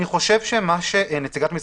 הוא חייב להתנהל בתנאים הקיימים --- אני